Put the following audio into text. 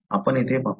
आपण येथे पाहू